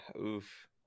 oof